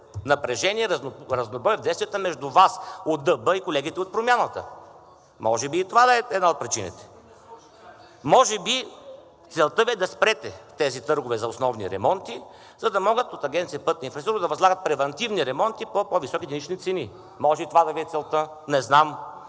напрежение, разнобой в действията между Вас от ДБ и колегите от Промяната. Може би и това да е една от причините. Може би целта Вие е да спрете тези търгове за основни ремонти, за да могат от Агенция „Пътна инфраструктура“ да възлагат превантивни ремонти по по-високи единични цени. Може и това да Ви е целта. Не знам.